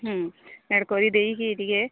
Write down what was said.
ହୁଁ ଆଡ଼୍ କରିଦେଇକି ଟିକେ